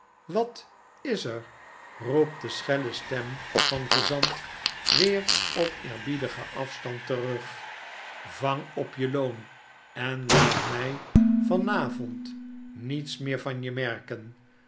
wat is er roept de schelle stem van gezant weer op eerbiedigen afstand terug vang op je loon en laat mj van avond niets meer van je merken